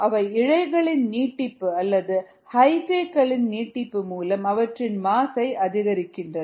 அவை இழைகளின் நீட்டிப்பு அல்லது ஹைஃபாக்களின் நீட்டிப்பு மூலம் அவற்றின் மாஸ் அதிகரிக்கின்றன